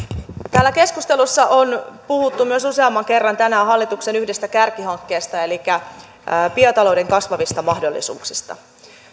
täällä keskustelussa on puhuttu myös useamman kerran tänään hallituksen yhdestä kärkihankkeesta elikkä biotalouden kasvavista mahdollisuuksista